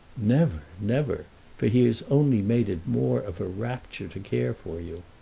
never never for he has only made it more of a rapture to care for you.